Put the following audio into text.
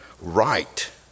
right